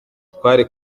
twari